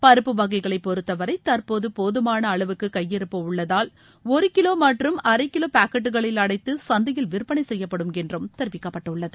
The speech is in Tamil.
பருப்பு வகைகளைப் பொறுத்தவளர் தற்போது போதுமான அளவுக்கு கையிருப்பு உள்ளதால் ஒரு கிலோ மற்றும் அரை கிலோ பாக்கெட்டுகளில் அடைத்து சந்தையில் விற்பனை செய்யப்படும் என்றும் தெரிவிக்கப்பட்டுள்ளது